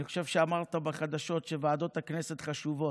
אני חושב שאמרת בחדשות שוועדות הכנסת חשובות,